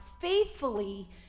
faithfully